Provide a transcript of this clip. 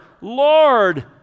Lord